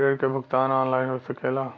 ऋण के भुगतान ऑनलाइन हो सकेला?